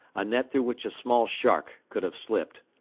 a net through which a small shark could have slipped.